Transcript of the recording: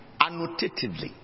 annotatively